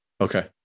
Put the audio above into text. Okay